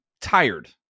tired